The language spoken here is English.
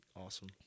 awesome